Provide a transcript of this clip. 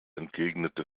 entgegnet